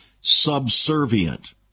subservient